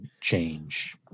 change